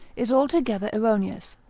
is altogether erroneous,